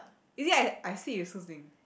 is it I I sit with Su-qing